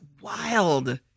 wild